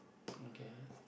okay